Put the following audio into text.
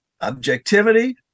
objectivity